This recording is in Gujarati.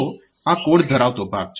તો આ કોડ ધરાવતો ભાગ છે